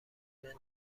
موجود